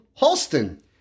Halston